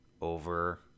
over